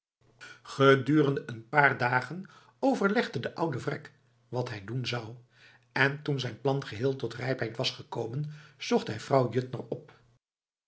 gedurende een paar dagen overlegde de oude vrek wat hij doen zou en toen zijn plan geheel tot rijpheid was gekomen zocht hij vrouw juttner op